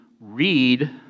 read